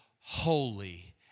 holy